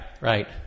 Right